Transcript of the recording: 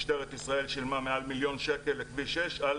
משטרת ישראל שילמה מעל 1 מיליון שקל לכביש 6 על